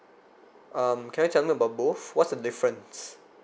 um can you tell me about both what's the difference